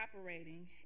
operating